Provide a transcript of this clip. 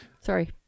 Sorry